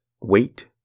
wait